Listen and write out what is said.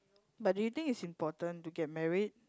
but do you think is important to get married